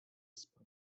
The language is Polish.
spać